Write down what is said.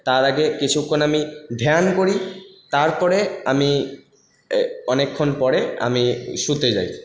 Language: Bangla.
তার আগে কিছুক্ষণ আমি ধ্যান করি তারপরে আমি অনেকক্ষণ পরে আমি শুতে যাই